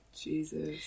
jesus